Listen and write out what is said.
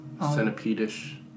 Centipede-ish